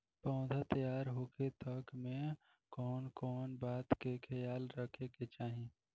पौधा तैयार होखे तक मे कउन कउन बात के ख्याल रखे के चाही?